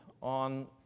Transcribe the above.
on